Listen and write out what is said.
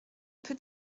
peut